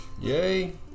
Yay